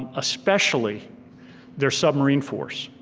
ah especially their submarine force.